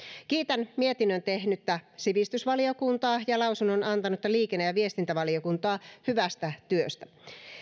kiitän mietinnön tehnyttä sivistysvaliokuntaa ja lausunnon antanutta liikenne ja viestintävaliokuntaa hyvästä työstä